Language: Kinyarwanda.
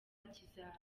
kizaba